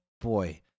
boy